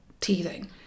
teething